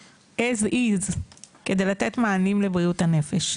כמות שהוא כדי לתת מענים לבריאות הנפש,